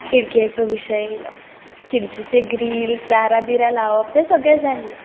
खिडक्यांचो विशय येयलो खिडकीचे ग्रिल्स दारां बिरां लावप तें सगळें जाल्लें